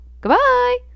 Goodbye